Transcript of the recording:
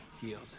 healed